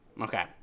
Okay